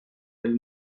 del